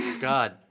God